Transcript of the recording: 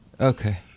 Okay